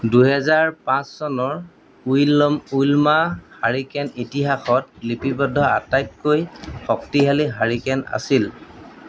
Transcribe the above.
দুহেজাৰ পাঁচ চনৰ উইলম উইলমা হাৰিকেন ইতিহাসত লিপিবদ্ধ আটাইতকৈ শক্তিশালী হাৰিকেন আছিল